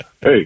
hey